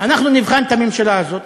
ואנחנו נבחן את הממשלה הזאת,